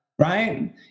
right